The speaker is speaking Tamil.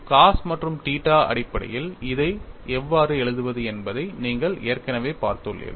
cos மற்றும் θ அடிப்படையில் இதை எவ்வாறு எழுதுவது என்பதை நீங்கள் ஏற்கனவே பார்த்துள்ளீர்கள்